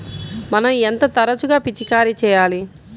మనం ఎంత తరచుగా పిచికారీ చేయాలి?